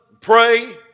pray